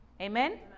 Amen